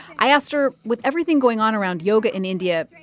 i asked her, with everything going on around yoga in india,